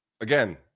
Again